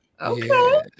Okay